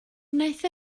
wnaeth